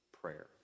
prayer